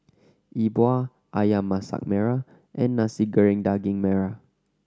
Yi Bua Ayam Masak Merah and Nasi Goreng Daging Merah